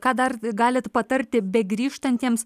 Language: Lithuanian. ką dar galit patarti begrįžtantiesiems